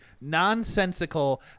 nonsensical